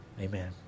Amen